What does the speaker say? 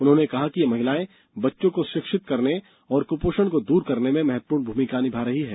उन्होंने कहा कि ये महिलाएं बच्चों को शिक्षित करने और कुपोषण को दूर करने में महत्वपूर्ण भूमिका निभा रही है